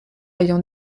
ayant